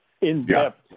in-depth